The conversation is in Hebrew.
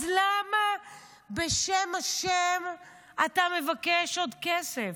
אז למה, בשם השם, אתה מבקש עוד כסף?